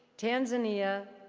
tanzania,